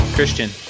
Christian